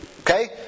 Okay